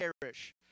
perish